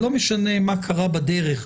לא משנה מה קרה בדרך,